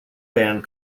band